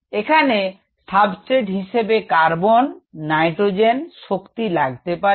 এখানে সাবস্টেট হিসেবে carbon nitrogen শক্তি লাগতে পারে